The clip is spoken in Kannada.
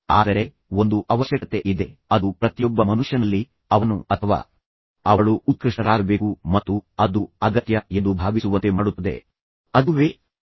ಆದರೆ ಒಂದು ಅವಶ್ಯಕತೆ ಇದೆ ಎಂದು ಅವರು ಹೇಳುತ್ತಾರೆ ಅದು ಪ್ರತಿಯೊಬ್ಬ ಮನುಷ್ಯನಲ್ಲಿ ಅವನು ಅಥವಾ ಅವಳು ಉತ್ಕೃಷ್ಟರಾಗಬೇಕು ಮತ್ತು ಅದು ಅಗತ್ಯ ಎಂದು ಭಾವಿಸುವಂತೆ ಮಾಡುತ್ತದೆ ಅದುವೇ ಸಾಧನೆಯ ಗುಣಲಕ್ಷಣ